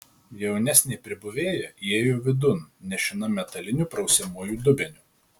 jaunesnė pribuvėja įėjo vidun nešina metaliniu prausiamuoju dubeniu